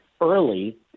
early